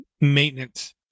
maintenance